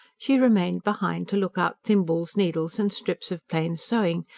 she remained behind to look out thimbles, needles and strips of plain sewing,